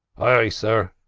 ay, ay, sir.